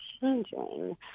changing